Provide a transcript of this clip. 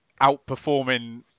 outperforming